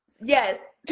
Yes